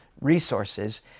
resources